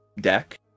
Deck